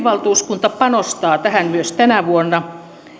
valtuuskunta panostaa tähän myös tänä vuonna